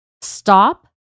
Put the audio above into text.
Stop